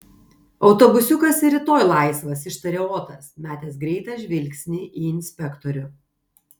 autobusiukas ir rytoj laisvas ištarė otas metęs greitą žvilgsnį į inspektorių